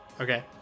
Okay